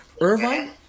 Irvine